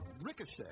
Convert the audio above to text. Ricochet